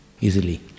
easily